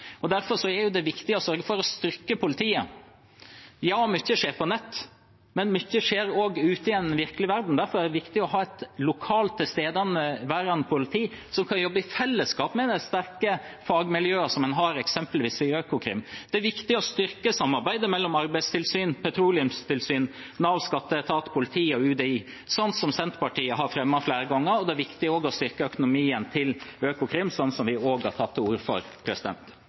er det viktig å sørge for å styrke politiet. Ja, mye skjer på nett, men mye skjer også ute i den virkelige verden. Derfor er det viktig å ha et lokalt tilstedeværende politi som kan jobbe i fellesskap med de sterke fagmiljøene som en har, eksempelvis i Økokrim. Det er viktig å styrke samarbeidet mellom arbeidstilsyn, petroleumstilsyn, Nav, skatteetat, politi og UDI, sånn som Senterpartiet har fremmet flere ganger. Det er også viktig å styrke økonomien til Økokrim, som vi også har tatt til orde for.